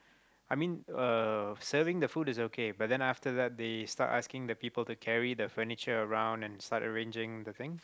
I mean uh serving the food is okay but then after that they start asking the people to carry the furniture around and start arranging the thing